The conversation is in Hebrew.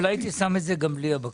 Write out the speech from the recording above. אבל הייתי שם את זה גם בלי הבקשה.